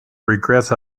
regrets